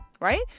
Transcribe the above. right